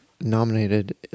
nominated